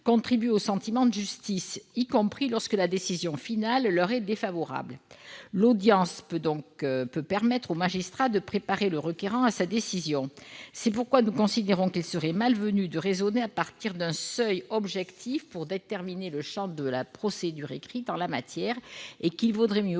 contribue au sentiment de justice, y compris lorsque la décision finale leur est défavorable. L'audience peut permettre aux magistrats de préparer le requérant à leur décision. C'est pourquoi nous considérons qu'il serait malvenu de raisonner à partir d'un seuil objectif pour déterminer le champ de la procédure écrite en la matière. Il serait